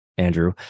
Andrew